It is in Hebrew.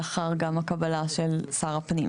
גם לאחר הקבלה של שר הפנים,